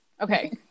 Okay